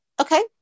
Okay